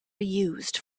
reused